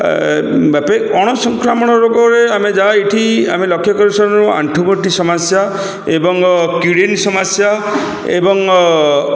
ବ୍ୟାପେ ଅଣସଂକ୍ରାମଣ ରୋଗରେ ଆମେ ଯାହା ଏଠି ଆମେ ଲକ୍ଷ୍ୟ କରିସାରିଲୁଣି ଆଣ୍ଠୁଗଠି ସମସ୍ୟା ଏବଂ କିଡ଼୍ନୀ ସମସ୍ୟା ଏବଂ